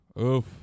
oof